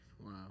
Wow